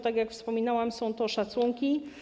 Tak jak wspominałam, są to szacunki.